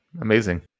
Amazing